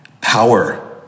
power